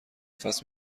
نفس